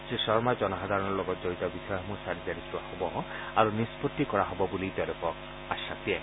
শ্ৰীশৰ্মই জনসাধাৰণৰ লগত জডিত বিষয়সমূহ চালি জাৰি চোৱা হ'ব আৰু নিষ্পত্তি কৰা হ'ব বুলি তেওঁলোকক আশ্বাস দিয়ে